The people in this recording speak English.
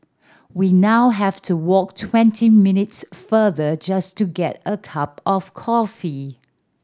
we now have to walk twenty minutes further just to get a cup of coffee